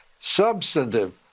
substantive